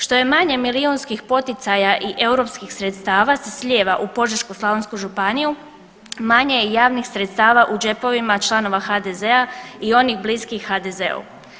Što je manje milijunskih poticaja i europskih sredstava se slijeva u Požeško-slavonsku županiju manje je javnih sredstava u džepovima članova HDZ-a i onih bliskih HDZ-u.